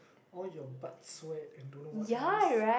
all your butt sweat and don't know what else